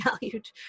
valued